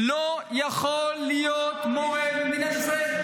הוא לא יכול היות מורה במדינת ישראל,